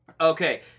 Okay